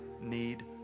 need